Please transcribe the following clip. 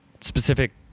specific